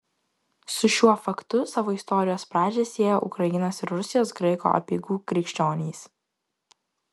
su šiuo faktu savo istorijos pradžią sieją ukrainos ir rusijos graikų apeigų krikščionys